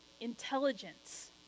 intelligence